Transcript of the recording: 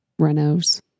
Renos